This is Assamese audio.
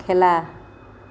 খেলা